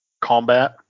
combat